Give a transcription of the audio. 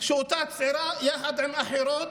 שאותה צעירה, יחד עם אחרות,